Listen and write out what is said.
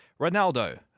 Ronaldo